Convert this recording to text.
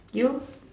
you